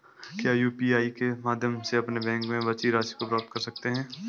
क्या यू.पी.आई के माध्यम से अपने बैंक में बची राशि को पता कर सकते हैं?